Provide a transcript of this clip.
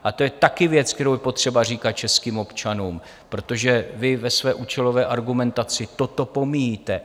A to je také věc, kterou je potřeba říkat českým občanům, protože vy ve své účelové argumentaci toto pomíjíte.